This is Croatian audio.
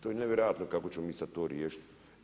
To je nevjerojatno kako ćemo mi sad to riješiti.